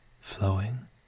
flowing